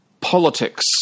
politics